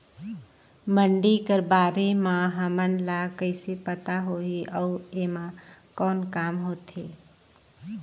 मंडी कर बारे म हमन ला कइसे पता होही अउ एमा कौन काम होथे?